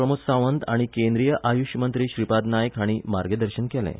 प्रमोद सावंत आनी केंद्रीय आयुष मंत्री श्रीपाद नायक हांणी मार्गदर्शन केलें